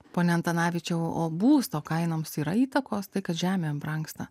pone antanavičiau o būsto kainoms yra įtakos tai kad žemė brangsta